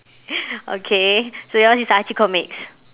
okay so yours is archie comics